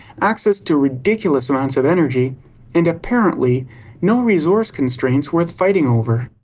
access to ridiculous amounts of energy and apparently no resource constraints worth fighting over.